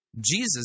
Jesus